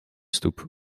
stoep